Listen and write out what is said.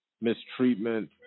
mistreatment